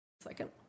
Second